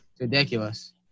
Ridiculous